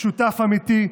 שותף אמיתי.